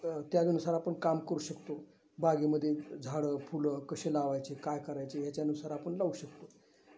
त्यानुसार आपण काम करू शकतो बागेमध्ये झाडं फुलं कसे लावायचे काय करायचे ह्याच्यानुसार आपण लावू शकतो